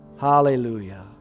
hallelujah